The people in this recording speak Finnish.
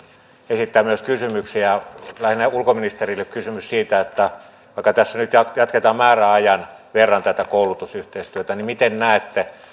esittää myös kysymyksiä niin lähinnä ulkoministerille kysymys vaikka tässä nyt jatketaan määräajan verran tätä koulutusyhteistyötä niin miten näette